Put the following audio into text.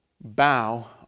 bow